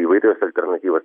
įvairios alternatyvos